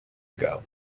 ago